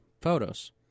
photos